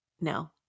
no